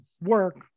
work